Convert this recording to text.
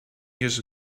years